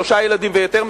שלושה ילדים ויותר,